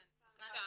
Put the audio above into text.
כן בבקשה.